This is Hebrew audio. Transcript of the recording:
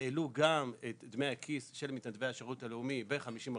העלו גם את דמי הכיס של מתנדבי השירות הלאומי ב-50%,